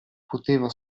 poteva